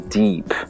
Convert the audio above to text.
deep